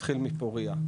נתחיל מפורייה,